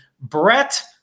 Brett